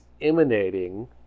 emanating